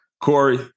Corey